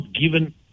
given